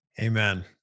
amen